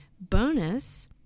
bonus